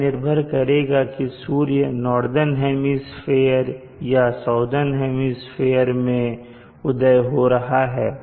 यह निर्भर करेगा की सूर्योदय नार्दन हेमिस्फीयर या साउदर्न हेमिस्फीयर मैं हो रहा है